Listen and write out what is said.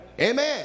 Amen